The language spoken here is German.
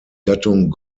gattung